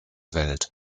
welt